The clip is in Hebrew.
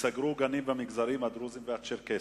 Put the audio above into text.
ייסגרו גנים במגזרים הדרוזי והצ'רקסי,